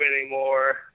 anymore